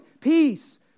peace